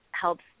helps